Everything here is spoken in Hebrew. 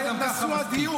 אנחנו משלמים לך גם ככה מספיק.